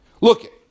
Look